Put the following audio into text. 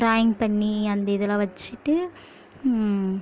drawing பண்ணி அந்த இதுலாம் வச்சுட்டு